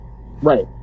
Right